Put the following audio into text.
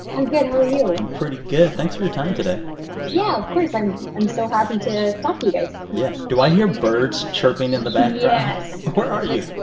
i'm good. how are you? i'm pretty good. thanks for your time today yeah, of course. i'm i'm so happy to talk to you guys yeah. do i hear birds chirping in the background? yes where are you?